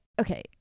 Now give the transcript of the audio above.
okay